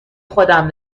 خودم